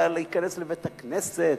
ולהיכנס לבית-הכנסת,